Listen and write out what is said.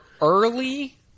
Early